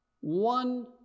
one